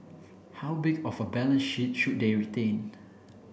how big of a balance sheet should they retain